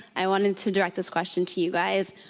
i wanted to direct this question to you guys,